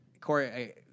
Corey